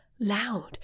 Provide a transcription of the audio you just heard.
loud